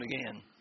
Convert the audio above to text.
again